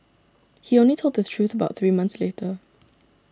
he only told the truth about three months later